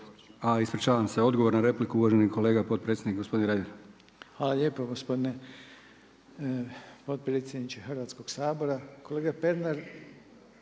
A ispričavam se, odgovor na repliku uvaženi kolega potpredsjednik gospodin Reiner. **Reiner, Željko (HDZ)** Hvala lijepo gospodine potpredsjedniče Hrvatskoga sabora. Kolega Pernar,